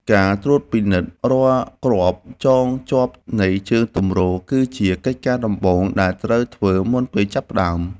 ការត្រួតពិនិត្យរាល់គ្រាប់ចងជាប់នៃជើងទម្រគឺជាកិច្ចការដំបូងដែលត្រូវធ្វើមុនពេលចាប់ផ្តើម។